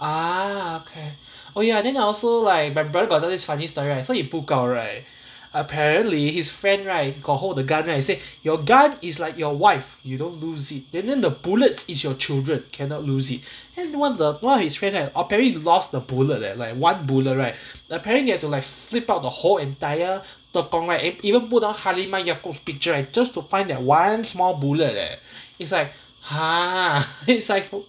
ah okay oh ya then I also like my brother got tell this funny story right so he book out right apparently his friend right got hold the gun right he say your gun is like your wife you don't lose it didn't then then the bullets is your children cannot lose it and then one of the one of his friend apparently lost the bullet like one bullet right apparently you have to flip out the whole entire tekong right even put down halimah yacob's picture right just to find that one small bullet eh it's like !huh!